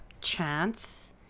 chance